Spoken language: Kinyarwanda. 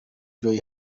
joy